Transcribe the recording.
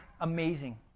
Amazing